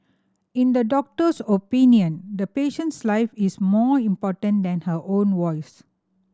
in the doctor's opinion the patient's life is more important than her own voice